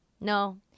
No